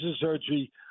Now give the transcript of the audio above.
surgery